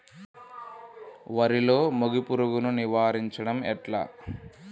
వరిలో మోగి పురుగును నివారించడం ఎట్లా?